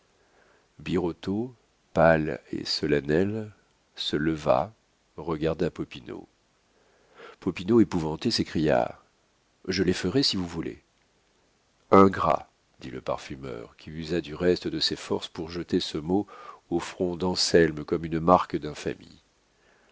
birotteau pâle et solennel se leva regarda popinot popinot épouvanté s'écria je les ferai si vous voulez ingrat dit le parfumeur qui usa du reste de ses forces pour jeter ce mot au front d'anselme comme une marque